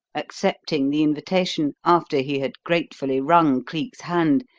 accepting the invitation after he had gratefully wrung cleek's hand,